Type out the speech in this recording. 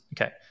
Okay